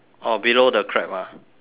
oh below the crab ah